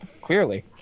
clearly